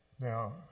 Now